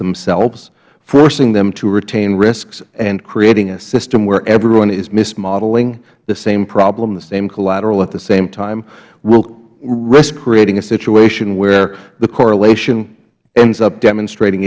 themselves forcing them to retain risks and creating a system where everyone is mismodeling the same problem the same collateral at the same time will risk creating a situation where the correlation ends up demonstrating